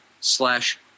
slash